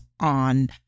on